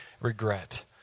regret